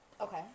Okay